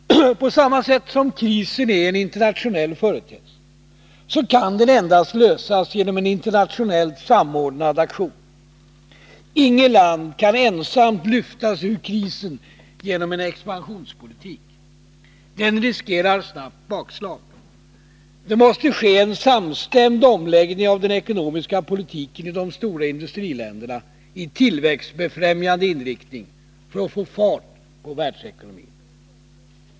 På samma sätt som krisen är en internationell företeelse kan den endast lösas genom en internationellt samordnad aktion. Inget land kan ensamt lyfta sig ur krisen genom en expansionspolitik. Det riskerar snabbt bakslag. Det måste ske en samstämd omläggning av den ekonomiska politiken i de stora industriländerna i tillväxtbefrämjande inriktning, för att få fart på världsekonomin.